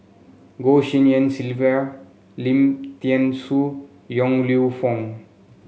Goh Tshin En Sylvia Lim Thean Soo Yong Lew Foong